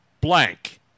blank